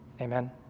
Amen